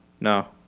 no